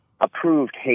approved